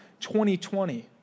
2020